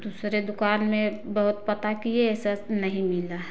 दूसरे दुकान में बहुत पता किए अस हस नहीं मिला